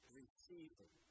receiving